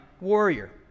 warrior